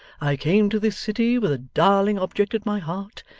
i came to this city with a darling object at my heart,